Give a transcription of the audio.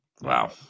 Wow